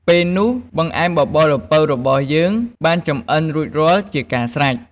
ពេលនោះ បង្អែមបបរល្ពៅរបស់យើងបានចម្អិនរួចរាល់ជាការស្រេច។